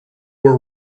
were